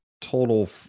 total